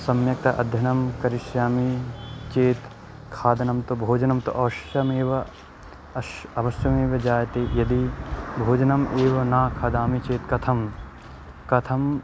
सम्यक् अध्ययनं करिष्यामि चेत् खादनं तु भोजनं तु अवश्यमेव अश् अवश्यमेव जायते यदि भोजनम् एव न खादामि चेत् कथं कथम्